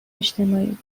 اجتماعی